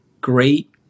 great